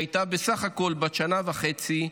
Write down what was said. שהייתה בסך הכול בת שנה וחצי,